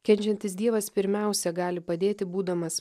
kenčiantis dievas pirmiausia gali padėti būdamas